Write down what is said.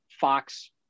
Fox